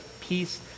peace